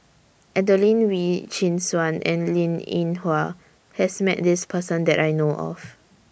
Adelene Wee Chin Suan and Linn in Hua has Met This Person that I know of